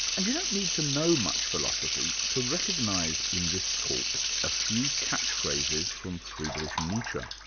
and you don't need to know much philosophy to recognise in this talk a few catchphrases from friedrich nietzsche,